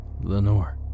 Lenore